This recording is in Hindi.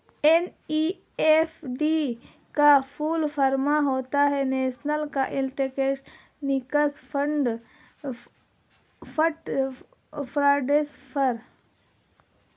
एन.ई.एफ.टी का फुल फॉर्म होता है नेशनल इलेक्ट्रॉनिक्स फण्ड ट्रांसफर